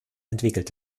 entwickelt